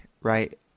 Right